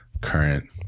current